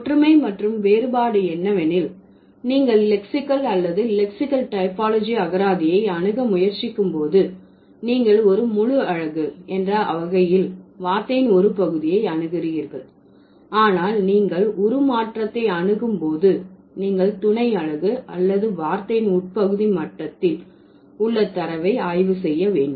ஒற்றுமை மற்றும் வேறுபாடு என்னவெனில் நீங்கள் லெக்சிகல் அல்லது லெக்சிகல் டைபாலஜி அகராதியை அணுக முயற்சிக்கும் போது நீங்கள் ஒரு முழு அலகு என்ற வகையில் வார்த்தையின் ஒரு பகுதியை அணுகுகிறீர்கள் ஆனால் நீங்கள் உருமாற்றத்தை அணுகும் போது நீங்கள் துணை அலகு அல்லது வார்த்தையின் உட்பகுதி மட்டத்தில் உள்ள தரவை ஆய்வு செய்ய வேண்டும்